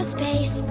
space